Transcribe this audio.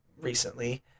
recently